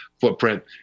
footprint